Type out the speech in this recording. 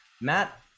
Matt